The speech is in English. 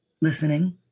listening